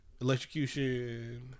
electrocution